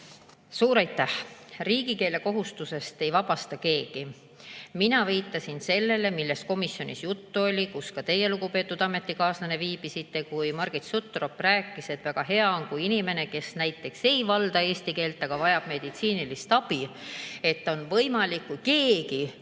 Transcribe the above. Suur aitäh! Riigikeele kohustusest ei vabasta keegi. Mina viitasin sellele, millest oli juttu komisjonis, kus ka teie, lugupeetud ametikaaslane, viibisite, kui Margit Sutrop rääkis, et oleks väga hea, kui inimene näiteks ei valda eesti keelt, aga vajab meditsiinilist abi, siis oleks võimalik, et keegi,